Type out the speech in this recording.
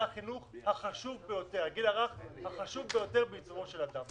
הגיל הרך, זה החינוך החשוב ביותר בעיצובו של אדם.